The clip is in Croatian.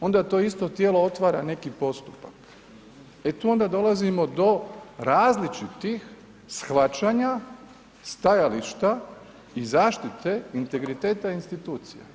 Onda to isto tijelo otvara neki postupak, e tu onda dolazimo do različitih shvaćanja stajališta i zaštite integriteta institucija.